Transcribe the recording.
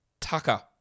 Tucker